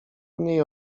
mniej